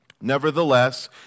Nevertheless